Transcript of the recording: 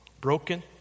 Broken